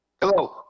Hello